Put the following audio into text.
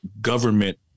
government